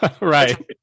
Right